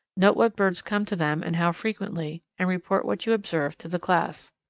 note what birds come to them and how frequently, and report what you observe to the class.